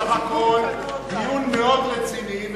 בסך הכול דיון רציני מאוד,